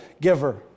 giver